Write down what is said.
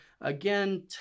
again